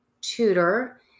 tutor